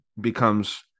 becomes